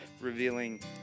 revealing